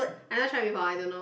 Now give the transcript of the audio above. I never try before I don't know